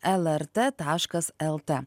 lrt taškas lt